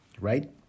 right